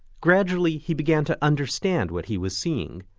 gradually he began to understand what he was seeing.